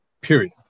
period